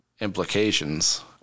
implications